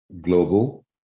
global